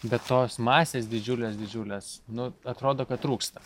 bet tos masės didžiulės didžiulės nu atrodo kad trūksta